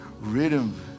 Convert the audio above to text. rhythm